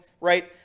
Right